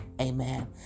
Amen